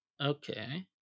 okay